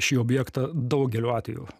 šį objektą daugeliu atveju